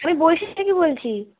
আমি থেকে বলছি